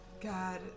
God